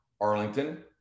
arlington